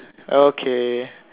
okay